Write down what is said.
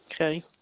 okay